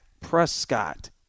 Prescott